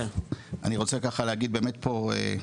אני רוצה ככה באמת להגיד פה,